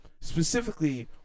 specifically